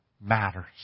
matters